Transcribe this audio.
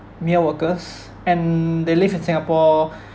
male workers and they live in singapore